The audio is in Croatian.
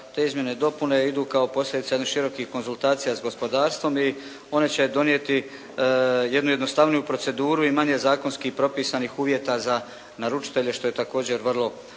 te izmjene i dopune idu kao posljedica jednih širokih konzultacija s gospodarstvom i one će donijeti jednu jednostavniju proceduru i manje zakonski propisanih uvjeta za naručitelje što je također vrlo,